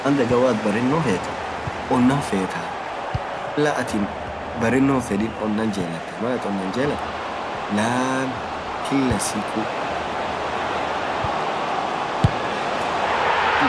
afaan dagaa hoo atin bareno feet onaan fetaa kabla atin bareno hinfedin onaan jelataa, maalatin onan jelaatlaan kilaa sikuu takatakaan